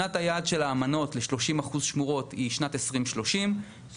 שנת היעד של האמנות ל-30 אחוז שמורות היא שנת 2030; אם